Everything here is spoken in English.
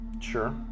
Sure